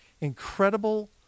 incredible